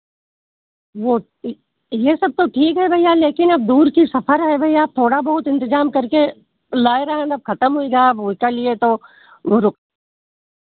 वो ये सब तो ठीक है भैया लेकिन अब दूर की सफ़र है भैया थोड़ा बहुत इंतज़ाम करके लाएगा खतम हो गया अब बोतल ही है तो